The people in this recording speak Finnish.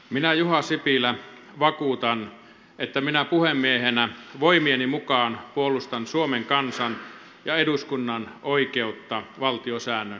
minä juha sipilä vakuutan että minä puhemiehenä voimieni mukaan puolustan suomen kansan ja eduskunnan oikeutta valtiosäännön mukaan